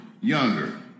Younger